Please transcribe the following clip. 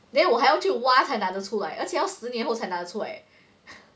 then 我还要去挖才拿得出来而且要十年后才拿得出来 eh